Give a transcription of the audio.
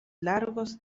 largos